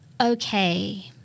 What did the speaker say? Okay